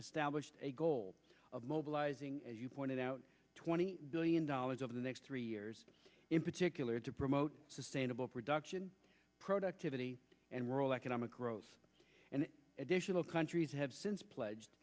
stablished a goal of mobilizing as you pointed out twenty billion dollars over the next three years in particular to promote sustainable production productivity and rural economic growth and additional countries have since pledged